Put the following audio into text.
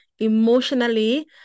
emotionally